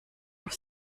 auf